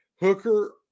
Hooker